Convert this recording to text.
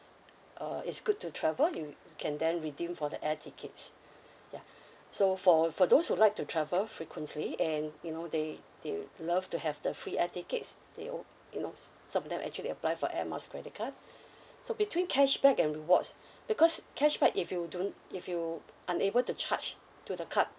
uh is good to travel you can then redeem for the air tickets ya so for for those who like to travel frequently and you know they they love to have the free air tickets they oh you know sometime actually apply for air miles credit card so between cashback and rewards because cashback if you don't if you unable to charge to the card